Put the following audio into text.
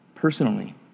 personally